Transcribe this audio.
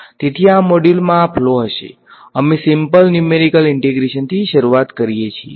તેથી આ મોડ્યુલમાં તે ફ્લો હશે અમે સીમ્લપ ન્યુમેરીકલ ઈંટેગ્રેશનથી શરૂઆત કરીએ છીએ